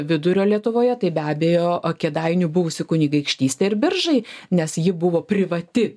vidurio lietuvoje tai be abejo kėdainių buvusi kunigaikštystė ir biržai nes ji buvo privati